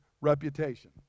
reputation